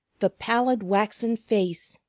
the pallid waxen face,